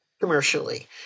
commercially